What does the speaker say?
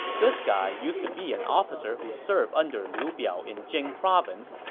this guy used to be an officer who served under liu biao in jing province,